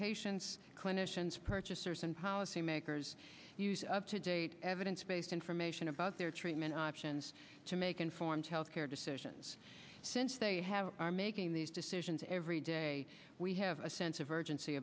patients clinicians purchasers and policymakers use up to date evidence based information about their treatment options to make informed health care decisions since they are making these decisions every day we have a sense of urgency